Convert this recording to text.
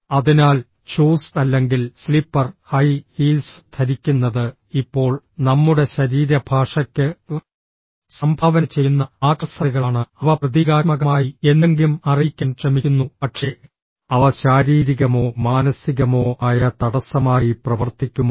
അതിനാൽ ഷൂസ് അല്ലെങ്കിൽ slipper high heels ധരിക്കുന്നത് ഇപ്പോൾ നമ്മുടെ ശരീരഭാഷയ്ക്ക് സംഭാവന ചെയ്യുന്ന ആക്സസറികളാണ് അവ പ്രതീകാത്മകമായി എന്തെങ്കിലും അറിയിക്കാൻ ശ്രമിക്കുന്നു പക്ഷേ അവ ശാരീരികമോ മാനസികമോ ആയ തടസ്സമായി പ്രവർത്തിക്കുമോ